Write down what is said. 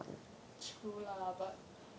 true lah but